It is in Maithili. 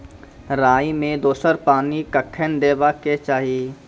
राई मे दोसर पानी कखेन देबा के चाहि?